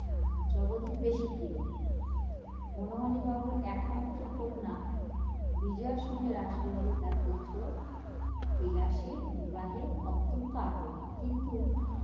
আর জগদীশ বেশি প্রিয় বনমালী বাবুর একমাত্র কন্যা বিজয়ার সঙ্গে রাসবিহারী তার পুত্র বিলাসের বিবাহে অত্যন্ত আগ্রহী কিন্তু